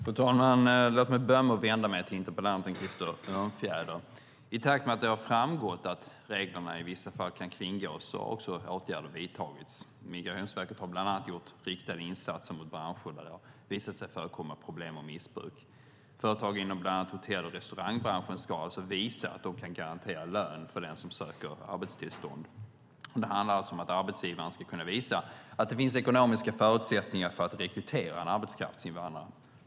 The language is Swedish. Fru talman! Låt mig börja med att vända mig till interpellanten Krister Örnfjäder. I takt med att det har framgått att reglerna i vissa fall kan kringgås har åtgärder vidtagits. Migrationsverket har bland annat gjort riktade insatser mot branscher där det har visat sig förekomma problem och missbruk. Företag inom bland annat hotell och restaurangbranschen ska visa att de kan garantera lön för den som söker arbetstillstånd. Det handlar alltså om att arbetsgivaren ska kunna visa att det finns ekonomiska förutsättningar för att rekrytera en arbetskraftsinvandrare.